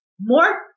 more